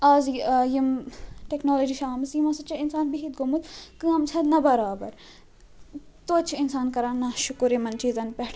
آزٕ ٲں یم ٹیٚکنالوجی چھِ آمٕژ یموٚو سۭتۍ چھُ انسان بِہِتھ گوٚمُت کٲم چھِ نَہ برابر توتہِ چھُ انسان کران نا شکر یمن چیٖزَن پٮ۪ٹھ